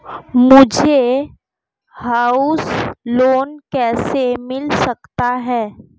मुझे house loan कैसे मिल सकता है?